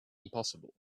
impossible